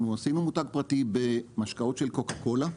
אנחנו עשינו מותג פרטי במשקאות של קולה,